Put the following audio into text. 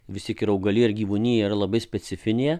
vis tiek ir augalija ir gyvūnija yra labai specifinė